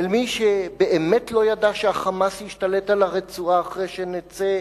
אל מי שבאמת לא ידע שה"חמאס" ישתלט על הרצועה אחרי שנצא,